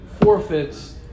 forfeits